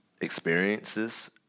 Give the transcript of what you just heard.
experiences